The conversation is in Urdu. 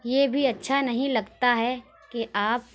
یہ بھی اچھا نہیں لگتا ہے کہ آپ